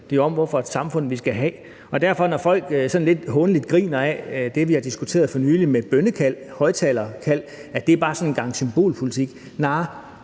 handler om, hvad for et samfund vi skal have. Og når folk sådan lidt hånligt griner ad det, vi har diskuteret for nylig om bønnekald, højtalerkald, og siger, at det bare er sådan en gang symbolpolitik, vil